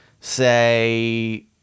say